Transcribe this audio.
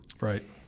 Right